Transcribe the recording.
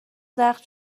زخم